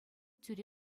тӳре